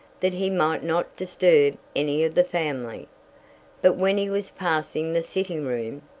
that he might not disturb any of the family but when he was passing the sitting-room,